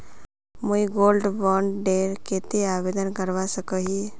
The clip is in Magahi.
मुई गोल्ड बॉन्ड डेर केते आवेदन करवा सकोहो ही?